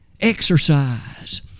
Exercise